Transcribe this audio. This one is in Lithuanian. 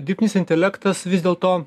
dirbtinis intelektas vis dėl to